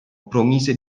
promise